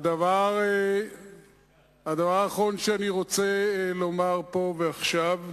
הדבר האחרון שאני רוצה לומר פה ועכשיו,